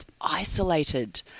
isolated